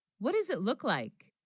what does it look like?